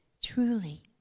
Truly